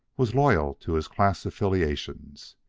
was loyal to his class affiliations.